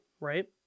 right